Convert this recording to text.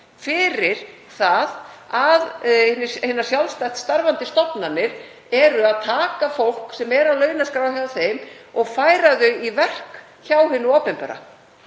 fyrir það að hinar sjálfstætt starfandi stofnanir eru að taka fólk sem er á launaskrá hjá þeim og færa það í verk hjá hinu opinbera,